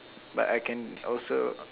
but I can also